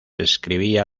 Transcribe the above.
escribía